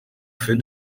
fin